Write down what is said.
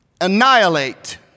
annihilate